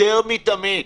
יותר מתמיד.